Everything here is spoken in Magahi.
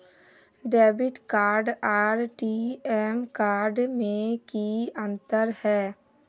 डेबिट कार्ड आर टी.एम कार्ड में की अंतर है?